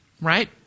right